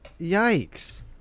Yikes